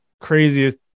craziest